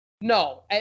No